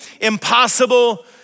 impossible